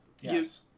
Yes